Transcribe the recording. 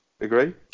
Agree